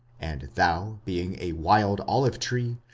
and thou, being a wild olive tree,